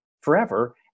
forever